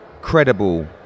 credible